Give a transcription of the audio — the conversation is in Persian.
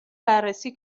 بررسی